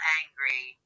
angry